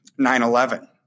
9-11